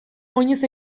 oinez